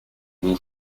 mon